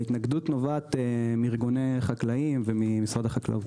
ההתנגדות נובעת מארגוני חקלאים וממשרד החקלאות.